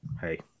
hey